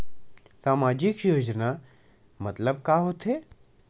सामजिक योजना मतलब का होथे?